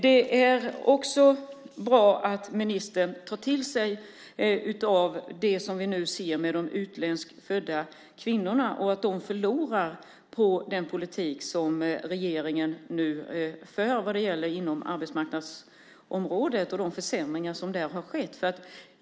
Det är bra att ministern tar till sig av det som vi nu ser med de utlandsfödda kvinnorna, att de förlorar på den politik som regeringen nu för inom arbetsmarknadsområdet och de försämringar som har skett där.